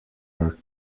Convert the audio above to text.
are